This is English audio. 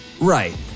Right